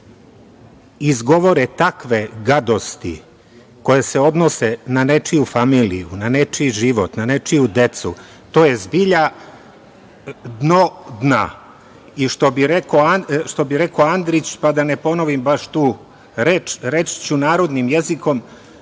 izgovore takve gadosti koje se odnose na nečiju familiju, na nečiji život, na nečiju decu, to je zbilja dno dna. I što bi rekao Andrić, pa da ne ponovim baš tu reč, reći ću narodnim jezikom